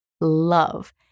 love